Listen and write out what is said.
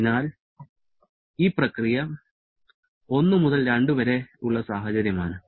അതിനാൽ ഈ പ്രക്രിയ 1 മുതൽ 2 വരെയുള്ള സാഹചര്യമാണ്